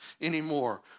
anymore